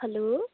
hello